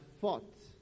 fought